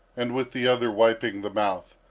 and with the other wiping the mouth.